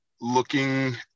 looking